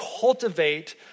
cultivate